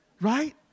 Right